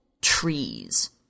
Trees